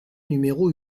numéro